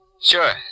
Sure